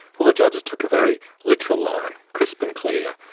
well, the judges took a very literal line, crisp and clear.